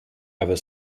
ever